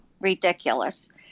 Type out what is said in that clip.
Ridiculous